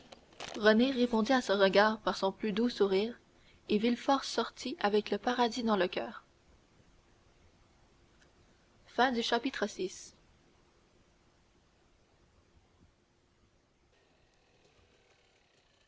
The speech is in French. renée répondit à ce regard par son plus doux sourire et villefort sortit avec le paradis dans le coeur vii